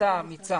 ההחלטה האמיצה